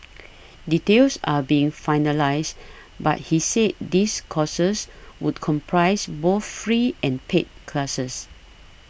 details are being finalised but he said these courses would comprise both free and paid classes